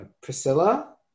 Priscilla